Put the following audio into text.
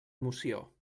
moció